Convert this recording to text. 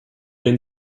den